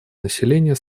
населения